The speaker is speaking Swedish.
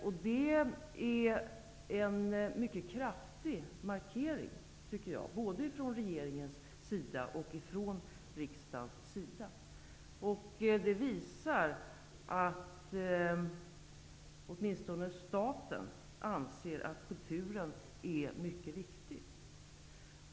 Jag tycker att det är en kraftig markering från regeringens och riksdagens sida, och det visar att åtminstone staten anser att kulturen är mycket viktig.